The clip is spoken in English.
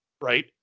Right